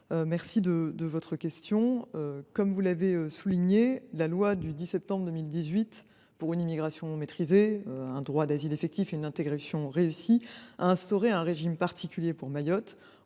Mohamed Soilihi, comme vous l’avez souligné, la loi du 10 septembre 2018 pour une immigration maîtrisée, un droit d’asile effectif et une intégration réussie a instauré un régime particulier pour Mayotte